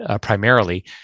primarily